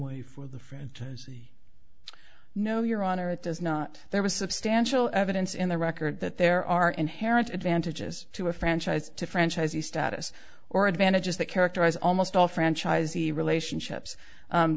way for the friend no your honor it does not there was substantial evidence in the record that there are inherent advantages to a franchise to franchise the status or advantages that characterize almost all franchisee relationship